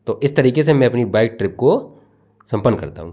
तो इस तरीके से मैं अपनी बाइक ट्रिप को संपन्न करता हूँ